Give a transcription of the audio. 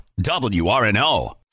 WRNO